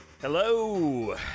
Hello